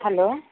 hello